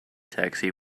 taxi